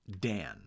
Dan